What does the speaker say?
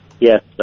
Yes